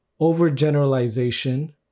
Overgeneralization